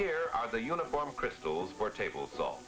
here are the uniform crystals for table s